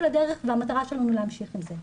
לדרך' והמטרה שלנו היא להמשיך עם זה.